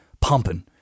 Pumping